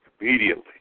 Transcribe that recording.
immediately